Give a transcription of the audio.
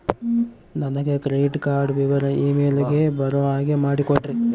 ನನಗೆ credit card ವಿವರ email ಗೆ ಬರೋ ಹಾಗೆ ಮಾಡಿಕೊಡ್ರಿ?